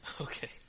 Okay